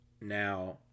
Now